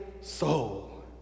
soul